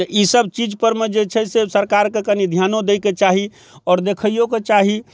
तऽ ई सब चीजपर मे जे छै से सरकारके कनी ध्यानो दै कऽ चाही आओर देखैयोके चाही